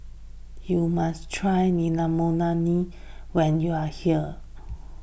you must try Naengmyeon when you are here